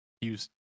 use